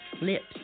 Lips